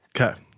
Okay